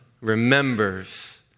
remembers